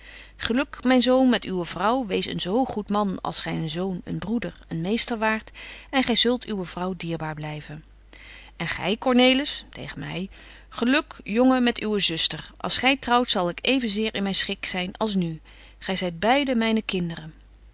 myn zoon met uwe vrouw wees een zo goed man als gy een zoon een broeder een meester waart en gy zult uwe vrouw dierbaar blyven en gy cornelis tegen my geluk jongen met uwe zuster als gy trouwt zal ik even zeer in myn schik zyn als nu gy zyt beide myne kinderen